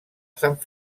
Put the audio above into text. sant